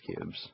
cubes